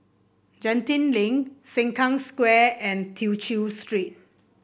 Genting Link Sengkang Square and Tew Chew Street